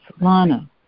Lana